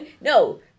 No